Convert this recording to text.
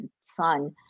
son